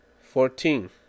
Fourteen